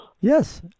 Yes